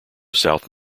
south